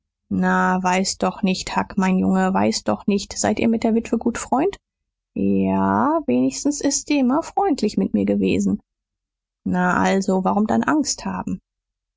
na weiß doch nicht huck mein junge weiß doch nicht seid ihr mit der witwe gut freund j a wenigstens ist sie immer freundlich mit mir gewesen na also warum dann angst haben